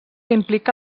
implica